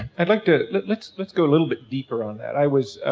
i'd like to, let's, let's go a little bit deeper on that. i was,